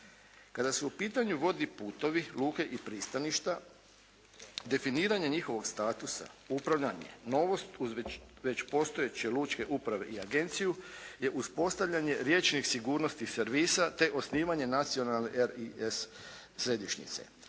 Kada su u pitanju vodni putovi, luke i pristaništa definiranje njihovog statusa, upravljanje, novost uz već postojeće lučke uprave i agenciju je uspostavljanje riječnih sigurnosti, servisa te osnivanje nacionalne i S središnjice.